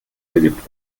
geübt